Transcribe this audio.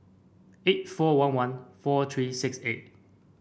eight four one one four three six eight